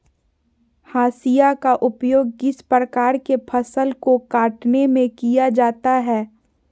हाशिया का उपयोग किस प्रकार के फसल को कटने में किया जाता है?